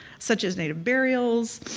such as native burials,